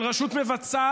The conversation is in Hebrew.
של רשות מבצעת,